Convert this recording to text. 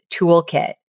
Toolkit